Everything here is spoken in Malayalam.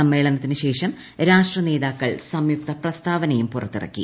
സമ്മേളനത്തിനുശേഷം രാഷ്ട്രനേതാക്കൾ സംയുക്ത പ്രസ്താവനയും പുറത്തിറക്കി